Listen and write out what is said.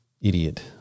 idiot